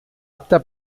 apta